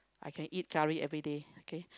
I can eat curry everyday okay